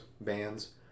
bands